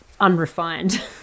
unrefined